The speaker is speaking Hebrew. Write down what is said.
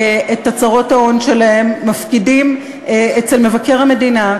את הצהרות ההון שלהם מפקידים אצל מבקר המדינה.